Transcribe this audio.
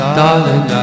darling